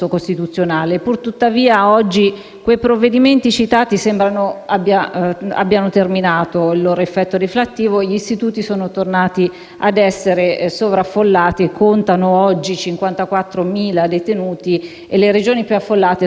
che i provvedimenti citati abbiano terminato il loro effetto deflattivo e gli istituti sono tornati ad essere sovraffollati: contano oggi 54.000 detenuti e le Regioni più affollate sono Lombardia, Sicilia, Campania